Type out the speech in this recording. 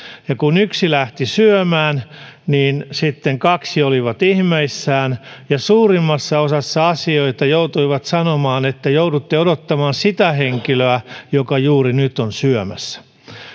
ja kun yksi lähti syömään niin sitten kaksi oli ihmeissään ja suurimmassa osassa asioita he joutuivat sanomaan että joudutte odottamaan sitä henkilöä joka juuri nyt on syömässä